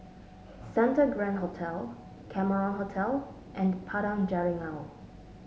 Santa Grand Hotel Cameron Hotel and Padang Jeringau